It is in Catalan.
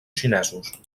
xinesos